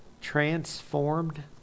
transformed